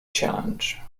challenge